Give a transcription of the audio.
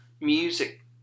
music